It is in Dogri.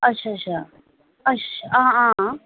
अच्छा अच्छा अच्छा हां हां